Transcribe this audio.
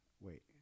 wait